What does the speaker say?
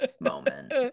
moment